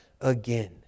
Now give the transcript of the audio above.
again